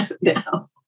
now